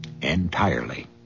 entirely